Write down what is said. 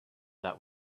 that